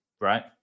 right